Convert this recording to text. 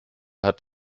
hat